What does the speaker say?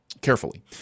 carefully